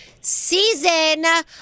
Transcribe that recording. season